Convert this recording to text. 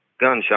gunshot